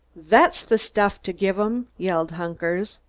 that's the stuff to give em! yelled hunkers.